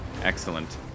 Excellent